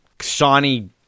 shiny